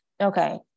okay